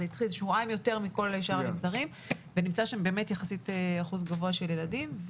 שבועיים יותר מאשר בכל שאר המגזרים ונמצא שם יחסית אחוז גבוה של ילדים.